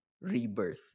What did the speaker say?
rebirth